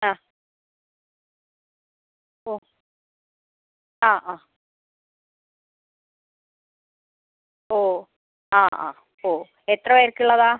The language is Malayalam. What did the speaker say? ആ ഓ ആ ആ ഓ ആ ആ ഓ എത്ര പേർക്കുള്ളതാണ്